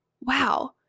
wow